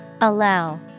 Allow